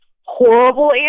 Horrible